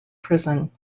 prison